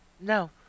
no